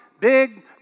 Big